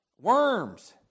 worms